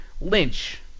Lynch